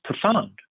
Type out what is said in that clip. profound